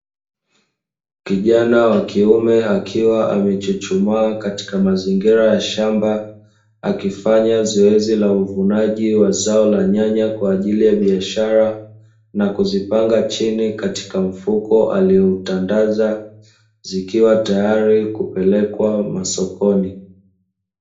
Kijana wa kiume akiwa amechuchumaa katika mazingira ya shamba, akifanya zoezi la uvunaji wa zao la nyanya kwa ajili ya biashara na kuzipanga chini katika mfuko alioutandaza, zikiwa tayari kupelekwa sokoni.